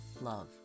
Love